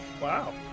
wow